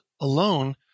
alone